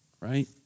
Right